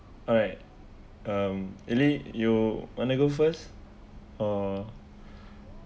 alright um elly you wanna go first or